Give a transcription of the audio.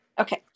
Okay